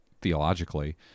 theologically